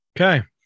Okay